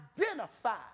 identify